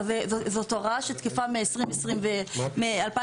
זאת הוראה שתקפה מ-2015.